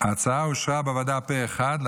ההצעה אושרה בוועדה פה אחד.